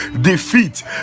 defeat